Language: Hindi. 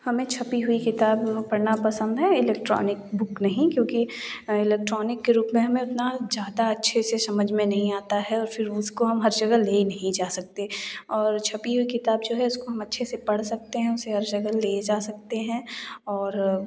हमें छपी हुई किताब पढ़ना पसंद है इलेक्ट्रॉनिक बुक नहीं क्योंकि इलेक्ट्रॉनिक के रूप में हम उतना ज़्यादा अच्छे से समझ में नहीं आता है और फ़िर उसको हम हर जगह ले नहीं जा सकते और छपी हुई किताब जो है इसको हम अच्छे से पढ़ सकते हैं उसे हर जगह ले जा सकते हैं और